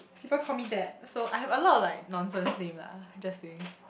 people called me that so I have a lot of like nonsense name lah just say